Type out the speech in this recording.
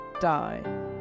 Die